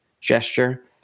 gesture